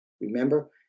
Remember